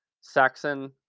Saxon